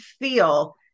feel